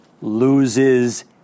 loses